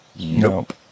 Nope